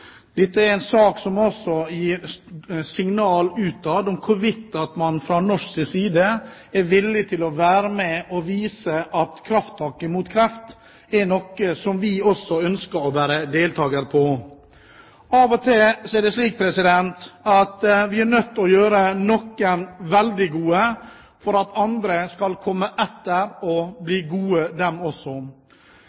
Dette er en sak som også gir signaler utad, om hvorvidt man fra norsk side er villig til å være med og vise at krafttaket mot kreft er noe vi også ønsker å delta i. Av og til er det slik at vi er nødt til å gjøre noen veldig gode for at andre skal komme etter og